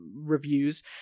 reviews